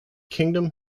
kingdom